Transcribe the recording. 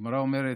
הגמרא אומרת: